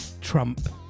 Trump